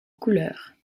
couleur